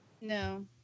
no